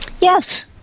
Yes